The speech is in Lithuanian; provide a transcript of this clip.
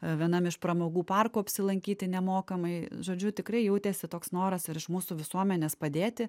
vienam iš pramogų parkų apsilankyti nemokamai žodžiu tikrai jautėsi toks noras virš mūsų visuomenės padėti